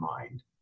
mind